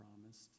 promised